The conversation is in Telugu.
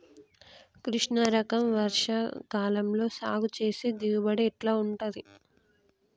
కృష్ణ రకం వర్ష కాలం లో సాగు చేస్తే దిగుబడి ఎట్లా ఉంటది?